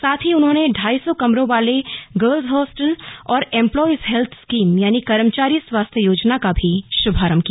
साथ ही उन्होंने ढाई सौ कमरों वाले गर्लुस हॉस्टल और इम्प्लाइज हेल्थ स्कीम कर्मचारी स्वास्थ्य योजना का शुभारंभ भी किया